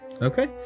Okay